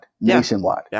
nationwide